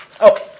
Okay